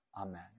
Amen